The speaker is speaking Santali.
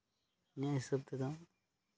ᱤᱧᱟᱹᱜ ᱦᱤᱥᱟᱹᱵ ᱛᱮᱫᱚ